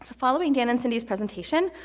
following dan and cindy's presentation,